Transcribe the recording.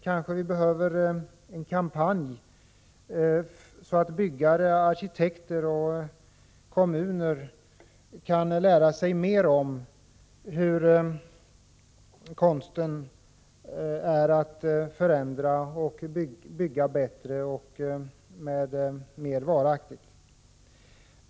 Kanske vi behöver en kampanj så att bostadsbyggare, arkitekter och kommuner kan lära sig mer om konsten att bygga bättre och mer varaktigt.